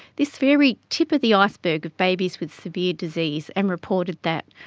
this very tip of the iceberg of babies with severe disease and reported that.